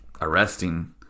arresting